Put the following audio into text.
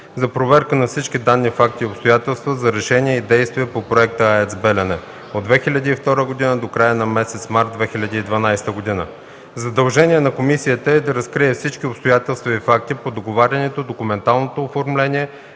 за проверка на всички данни, факти и обстоятелства за решения и действия по проекта „АЕЦ „Белене” от 2002 г. до края на месец март 2012 г. Задължение на комисията е да разкрие всички обстоятелства и факти по договарянето, документалното оформление,